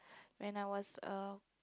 when I was a